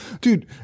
Dude